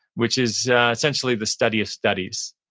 which is essentially the study of studies.